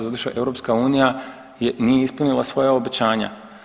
Zato što EU nije ispunila svoja obećanja.